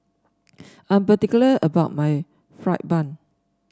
I'm particular about my fried bun